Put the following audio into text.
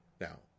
Now